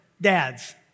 dads